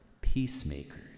peacemakers